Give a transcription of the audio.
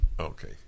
Okay